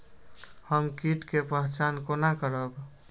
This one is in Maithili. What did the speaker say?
हम कीट के पहचान कोना करब?